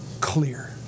Clear